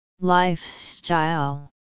Lifestyle